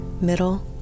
middle